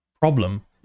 problem